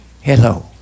Hello